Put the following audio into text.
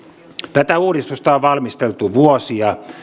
tätä uudistusta on valmisteltu vuosia